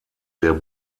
der